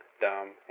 dumb